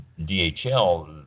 DHL